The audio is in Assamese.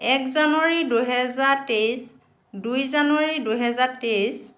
এক জানুৱাৰী দুহেজাৰ তেইছ দুই জানুৱাৰী দুহেজাৰ তেইছ